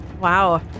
Wow